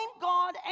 God